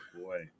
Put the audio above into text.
boy